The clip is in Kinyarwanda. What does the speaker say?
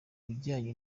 bijyanye